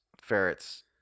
ferrets